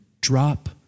drop